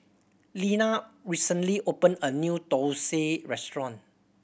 Leanna recently opened a new thosai restaurant